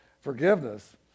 forgiveness